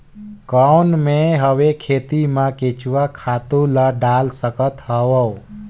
कौन मैं हवे खेती मा केचुआ खातु ला डाल सकत हवो?